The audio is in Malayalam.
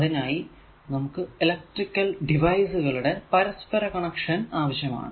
അതിനായി നമുക്ക് ഇലെക്ട്രിക്കൽ ഡിവൈസുകളുടെ പരസ്പര കണക്ഷൻ ആവശ്യമാണ്